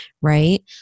right